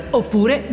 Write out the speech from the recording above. oppure